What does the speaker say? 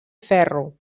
ferro